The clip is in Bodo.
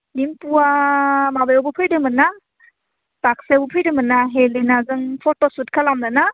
दिम्पुआ माबायावबो फैदोंमोन्ना बाग्सायावबो फैदोंमोन्ना हेलेनाजों फट'सुट खालामनो ना